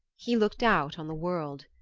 he looked out on the world.